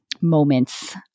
moments